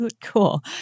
cool